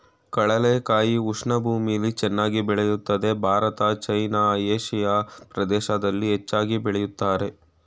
ಕಡಲೆಕಾಯಿ ಉಷ್ಣ ಭೂಮಿಲಿ ಚೆನ್ನಾಗ್ ಬೆಳಿತದೆ ಭಾರತ ಚೈನಾ ಏಷಿಯಾ ಪ್ರದೇಶ್ದಲ್ಲಿ ಹೆಚ್ಚಾಗ್ ಬೆಳಿತಾರೆ